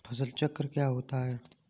फसल चक्र क्या होता है?